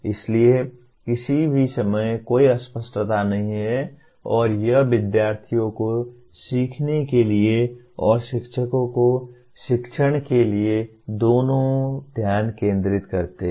इसलिए किसी भी समय कोई अस्पष्टता नहीं है और यह विद्यार्थियों को सीखने के लिए और शिक्षकों को शिक्षण के लिए दोनों ध्यान केंद्रित करता है